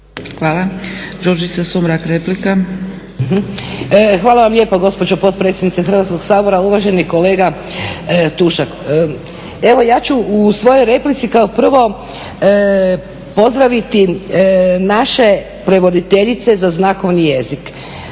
replika. **Sumrak, Đurđica (HDZ)** Hvala vam lijepa gospođo potpredsjednice Hrvatskog sabora. Uvaženi kolega Tušak evo ja ću u svojoj replici kao prvo pozdraviti naše prevoditeljice za znakovni jezik